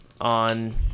On